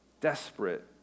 Desperate